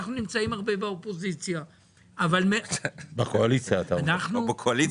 אנחנו נמצאים הרבה באופוזיציה --- בקואליציה אתה מתכוון.